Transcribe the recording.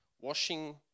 washing